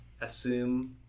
assume